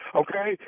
okay